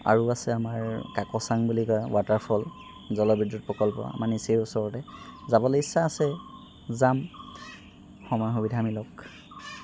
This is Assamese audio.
আৰু আছে আমাৰ কাক'ছাং বুলি কয় ৱাটাৰফল জলবিদুৎ প্ৰকল্প আমাৰ নিচেই ওচৰতে যাবলৈ ইচ্ছা আছে যাম সময় সুবিধা মিলক